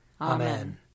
Amen